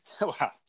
wow